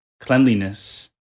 cleanliness